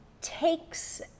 takes